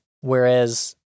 Whereas